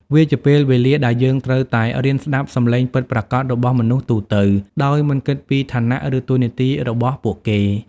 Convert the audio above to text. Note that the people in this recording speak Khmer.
វាជាពេលវេលាដែលយើងត្រូវតែរៀនស្ដាប់សំឡេងពិតប្រាកដរបស់មនុស្សទូទៅ ដោយមិនគិតពីឋានៈ ឬតួនាទីរបស់ពួកគេ។